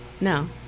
No